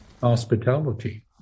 Hospitality